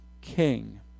king